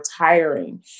retiring